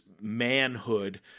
manhood